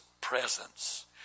presence